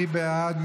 מי בעד?